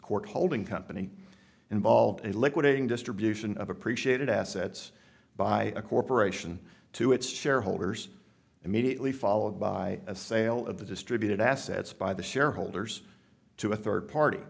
court holding company involved a liquidating distribution of appreciated assets by a corporation to its shareholders immediately followed by a sale of the distributed assets by the shareholders to a third